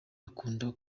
akunze